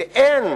ואין